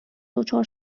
دچار